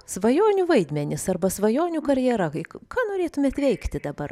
svajonių vaidmenys arba svajonių karjera kai ką norėtumėt veikti dabar